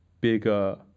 bigger